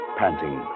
panting